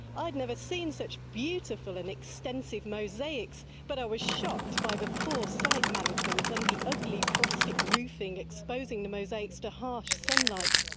i'd never seen such beautiful and extensive mosaics. but i was shocked by the poor site management and the ugly plastic roofing exposing the mosaics to harsh sunlight.